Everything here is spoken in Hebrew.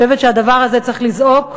אני חושבת שהדבר הזה צריך לזעוק,